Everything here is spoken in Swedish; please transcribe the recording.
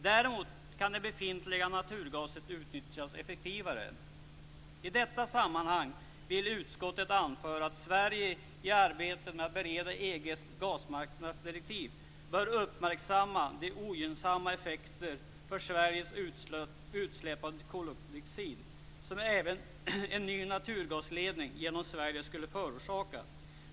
Däremot kan den befintliga naturgasen utnyttjas effektivare. I detta sammanhang vill utskottet anföra att Sverige i arbetet med att bereda EG:s gasmarknadsdirektiv bör uppmärksamma de ogynnsamma effekter för Sveriges utsläpp av koldioxid som en ny naturgasledning genom Sverige skulle förorsaka.